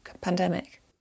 pandemic